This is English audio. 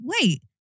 wait